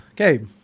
Okay